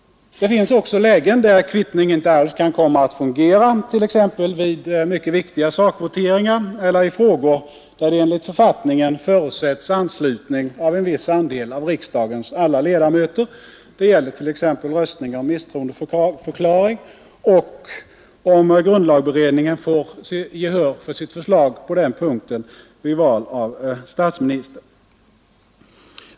Det finns också lägen där kvittning inte alls kan fungera, t.ex. i mycket viktiga sakvoteringar eller i frågor där det enligt författningen förutsätts anslutning av en viss andel av riksdagens alla ledamöter. Detta gäller t.ex. röstning om misstroendeförklaring och — om grundlagberedningen får gehör för sitt förslag på den punkten — vid val av statsminister.